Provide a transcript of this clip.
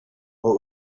what